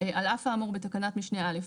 "על אף האמור בתקנת משנה (א),